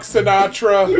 Sinatra